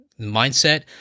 mindset